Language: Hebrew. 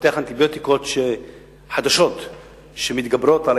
ולפתח אנטיביוטיקות חדשות שמתגברות על